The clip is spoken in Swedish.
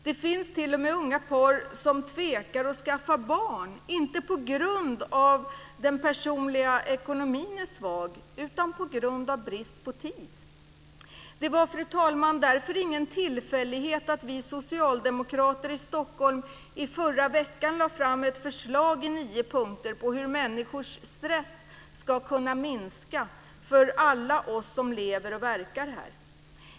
Det finns t.o.m. unga par som tvekar att skaffa barn, inte på grund av att den personliga ekonomin är svag, utan på grund av brist på tid. Det var, fru talman, därför ingen tillfällighet att vi socialdemokrater i Stockholm i förra veckan lade fram ett förslag i nio punkter på hur människors stress ska kunna minska för alla oss som lever och verkar här.